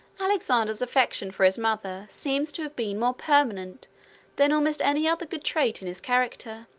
alexander's affection for his mother seems to have been more permanent than almost any other good trait in his character.